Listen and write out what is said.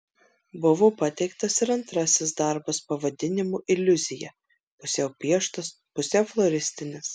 buvo pateiktas ir antrasis darbas pavadinimu iliuzija pusiau pieštas pusiau floristinis